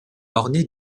ornée